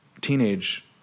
teenage